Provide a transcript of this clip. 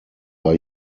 war